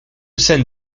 scène